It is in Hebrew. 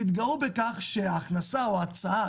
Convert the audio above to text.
תתגאו בכך שההכנסה או ההוצאה,